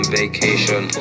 vacation